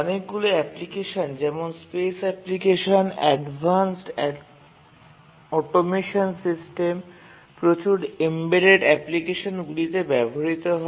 অনেকগুলি অ্যাপ্লিকেশন যেমন space application advanced automation system প্রচুর এমবেডেড অ্যাপ্লিকেশনগুলিতে ব্যবহৃত হয়